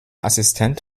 assistent